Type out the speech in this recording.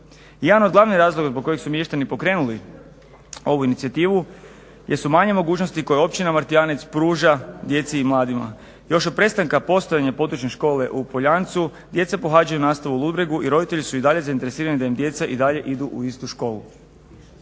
Jedan od glavnih razloga zbog kojeg su mještani pokrenuli ovu inicijativu jesu manje mogućnosti koje Općine Donji Martijanec pruža djeci i mladima. Još od prestanka postojanja područne škole u POljancu djeca pohađaju nastavu u Ludbregu i roditelji su i dalje zainteresirani da im djeca i dalje idu u istu školu.